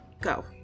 go